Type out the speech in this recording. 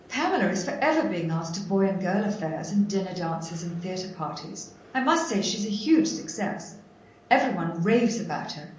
pamela is for ever being asked to boy-and-girl affairs, and dinner dances and theatre-parties i must say she's a huge success every one raves about her,